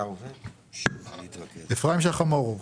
אפריים שכמורוב,